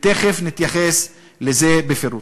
ותכף נתייחס לזה בפירוט.